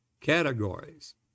categories